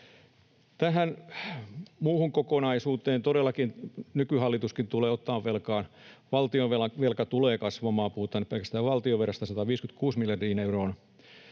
Tähän muuhun kokonaisuuteen todellakin nykyhallituskin tulee ottamaan velkaa. Valtionvelka tulee kasvamaan — puhutaan nyt pelkästään valtionvelasta — 156 miljardiin euroon.